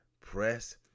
press